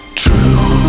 true